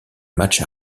match